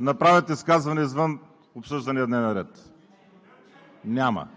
направят изказване извън обсъждания дневен ред? Няма.